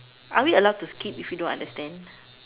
are we allowed to skip if we don't understand